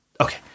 Okay